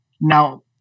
Now